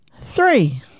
three